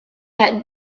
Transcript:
had